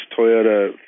Toyota